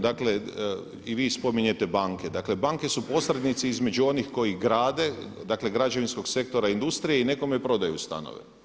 Dakle, i vi spominjete banke, dakle banke su posrednici između onih koji grade, dakle građevinskog sektora i industrije i nekome prodaju stanove.